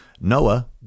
Noah